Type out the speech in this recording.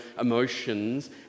emotions